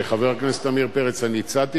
חבר הכנסת עמיר פרץ